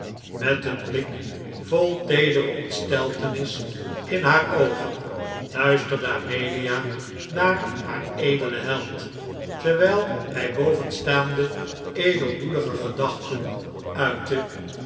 met een blik vol teedere ontsteltenis in haar oogen luisterde amelia naar haar edelen held terwijl hij bovenstaande edelmoedige gedachten uitte